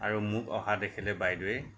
আৰু মোক অহা দেখিলে বাইদেউৱে